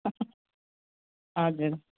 हजुर